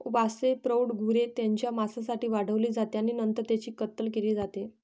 वासरे प्रौढ गुरे त्यांच्या मांसासाठी वाढवली जाते आणि नंतर त्यांची कत्तल केली जाते